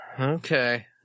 Okay